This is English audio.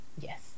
Yes